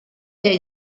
che